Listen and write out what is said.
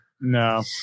No